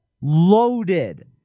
Loaded